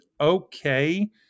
okay